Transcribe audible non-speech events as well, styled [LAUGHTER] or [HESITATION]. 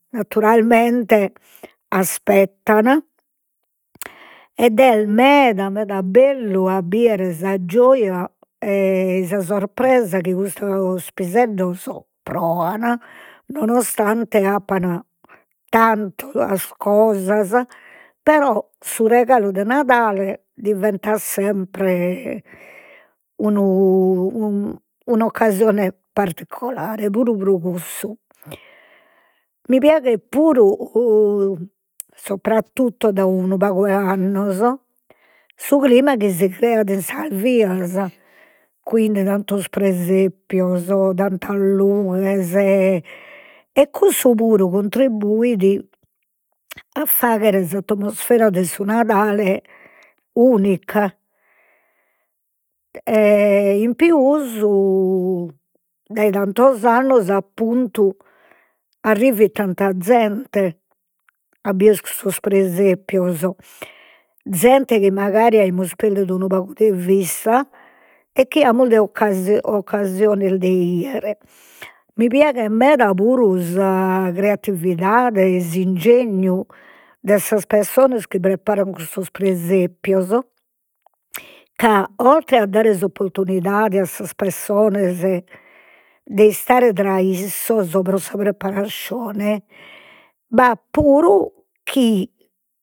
Naturalmente aspettan, ed est meda meda bellu a bider sa gioja [HESITATION] sa surpresa chi custos piseddos proan, nonostante appan tantas cosas, però su regalu de Nadale diventat sempre unu u- un'occasione particulare puru pro cussu. Mi piaghet puru [HESITATION] subrattotu da unu pagu de annos, su clima chi si creat in sas vias, quindi tantos presepios, tantas lughes, e cussu puru contribbuit a fagher s'atmosfera de su Nadale unica [HESITATION] in pius dai tantos annos, appuntu arrivit tanta zente a bider custos presepios, zente chi magari aimus perdidu unu pagu de vista, e chi amus de occas occasiones de 'idere, mi piaghet meda puru sa creatividade, [UNINTELLIGIBLE] de sas pessonas chi preparan custos presepios, ca oltre a dare s'opportunidade a sas pessonas de istare tra issos, pro sa preparascione b'at puru chi